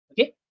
okay